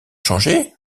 changé